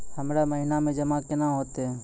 हमरा महिना मे जमा केना हेतै?